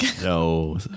No